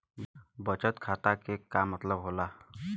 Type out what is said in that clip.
बचत खाता के का मतलब होला?